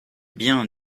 bien